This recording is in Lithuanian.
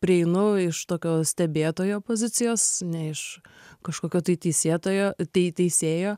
prieinu iš tokio stebėtojo pozicijos ne iš kažkokio tai teisėtojo tei teisėjo